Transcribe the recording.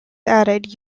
added